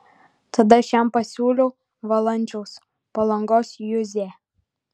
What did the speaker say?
tada aš jam pasiūliau valančiaus palangos juzę